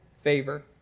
favor